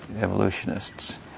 evolutionists